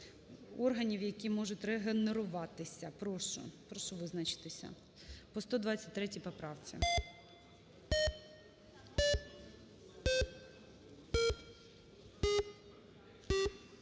органів, які можуть регенеруватися. Прошу, прошу визначитися по 123 поправці.